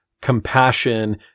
compassion